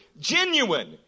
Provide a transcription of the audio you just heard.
genuine